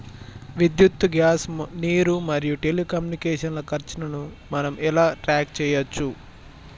విద్యుత్ గ్యాస్ నీరు మరియు టెలికమ్యూనికేషన్ల ఖర్చులను మనం ఎలా ట్రాక్ చేయచ్చు?